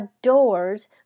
adores